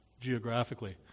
geographically